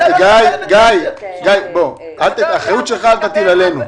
גיא, את האחריות שלך אל תטיל עלינו.